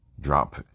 drop